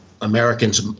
Americans